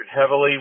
heavily